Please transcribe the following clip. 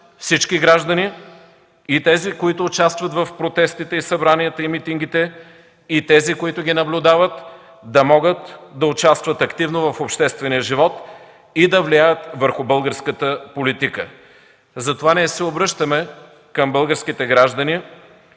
всички граждани – и тези, които участват в протестите, събранията и митингите, и тези, които ги наблюдават, да могат да участват активно в обществения живот и да влияят върху българската политика. Затова ние се обръщаме към българските граждани